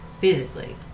physically